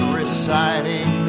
reciting